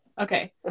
Okay